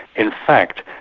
in fact,